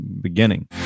beginning